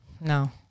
no